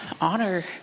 honor